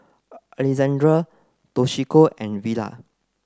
Alejandra Toshiko and Villa